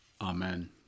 Amen